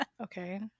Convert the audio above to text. okay